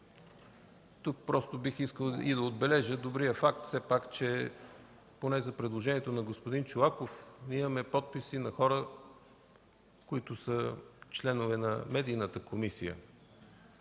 Тук просто бих искал да отбележа и добрия факт все пак, че поне за предложението на господин Чолаков ние имаме подписи на хора, които са членове на Медийната комисия